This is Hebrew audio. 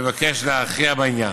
מבקש להכריע בעניין.